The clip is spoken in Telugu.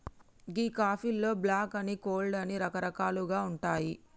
గీ కాఫీలో బ్లాక్ అని, కోల్డ్ అని రకరకాలుగా ఉంటాయి